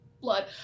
blood